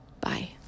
Bye